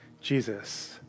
Jesus